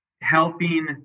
helping